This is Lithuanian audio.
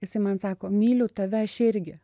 jisai man sako myliu tave aš irgi